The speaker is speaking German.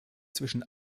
zwischen